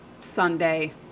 Sunday